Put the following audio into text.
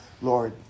Lord